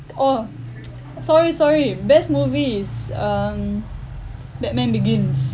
oh sorry sorry best movie is um batman begins